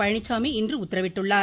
பழனிசாமி இன்று உத்தரவிட்டுள்ளார்